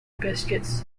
biscuits